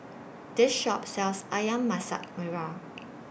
This Shop sells Ayam Masak Merah